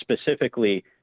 specifically